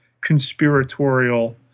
conspiratorial